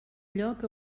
lloc